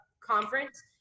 conference